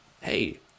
hey